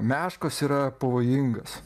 meškos yra pavojingas